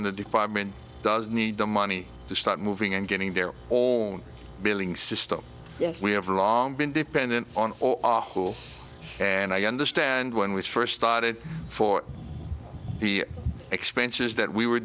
in the department does need the money to start moving and getting their own billing system we have long been dependent on oil and i understand when we first started for the expenses that we were